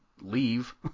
Leave